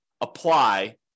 apply